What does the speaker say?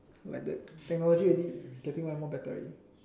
like the technology already getting more and more better already